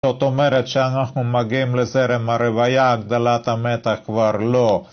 זאת אומרת שאנחנו מגיעים לזרם הרוויה, הגדלת המתח כבר לא.